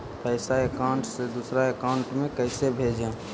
पैसा अकाउंट से दूसरा अकाउंट में कैसे भेजे?